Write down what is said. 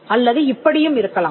அல்லது இப்படியும் இருக்கலாம்